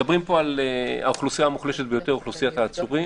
מדברים פה על האוכלוסייה המוחלשת ביותר אוכלוסיית העצורים.